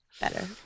Better